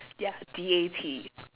ya D A T